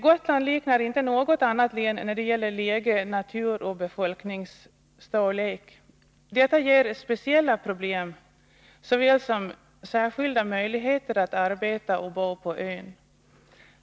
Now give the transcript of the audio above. Gotland liknar inte något annat län när det gäller läge, natur och befolkningsstorlek. Detta medför speciella problem men också särskilda möjligheter att arbeta och bo på ön.